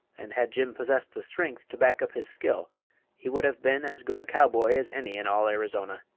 and had jim possessed the strength to back up his skill he would have been as good a cowboy as any in all arizona.